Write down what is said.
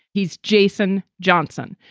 he's jason johnson,